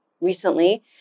recently